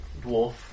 dwarf